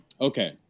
okay